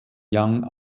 young